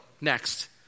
next